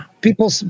people